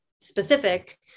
specific